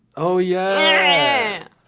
oh yeah!